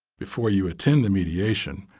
before you attend the mediation,